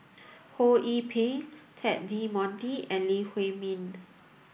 Ho Yee Ping Ted De Ponti and Lee Huei Min